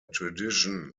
tradition